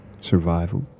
Survival